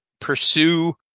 pursue